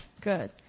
good